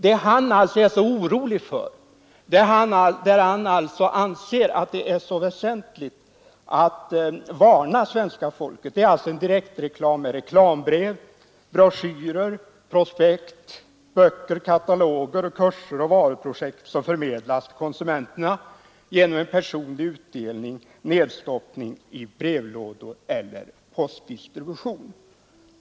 Det han är så orolig för och som han anser det vara väsentligt att varna svenska folket för, det är alltså en direktreklam med reklambrev, broschyrer, prospekt, böcker, kataloger och meddelanden om kurser som förmedlas till människorna genom personlig utdelning, nedstoppning i brevlådor eller postdistribution.